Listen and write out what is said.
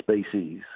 species